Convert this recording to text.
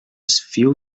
few